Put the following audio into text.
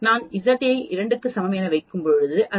நான் Z ஐ 2 க்கு சமம் என வைக்கும் பொழுது 0